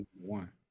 one